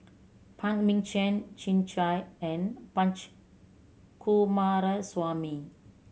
Phan Ming Chen Chin and Punch Coomaraswamy